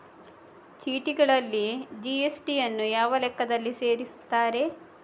ಚೀಟಿಗಳಲ್ಲಿ ಜಿ.ಎಸ್.ಟಿ ಯನ್ನು ಯಾವ ಲೆಕ್ಕದಲ್ಲಿ ಸೇರಿಸುತ್ತಾರೆ?